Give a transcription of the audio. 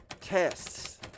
tests